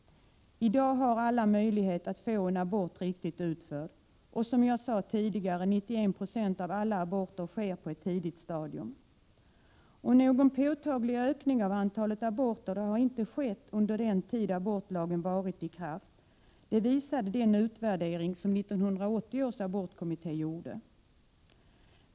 I dag har alla möjlighet att få en abort riktigt utförd, och som jag sade tidigare sker 91 90 av alla aborter på ett tidigt stadium. Någon påtaglig ökning av antalet aborter har inte skett under den tid abortlagen varit i kraft. Det visade den utvärdering som 1980 års abortkommitté gjorde.